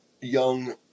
young